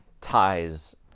ties